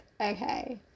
okay